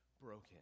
broken